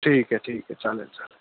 ठीक आहे ठीक आहे चालेल चालेल